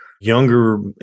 younger